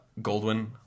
Goldwyn